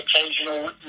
occasional